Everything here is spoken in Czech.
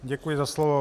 Děkuji za slovo.